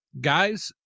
guys